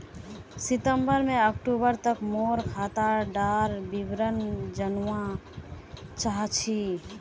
सितंबर से अक्टूबर तक मोर खाता डार विवरण जानवा चाहची?